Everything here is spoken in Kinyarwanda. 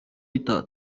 itaha